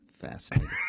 Fascinating